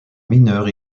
mineur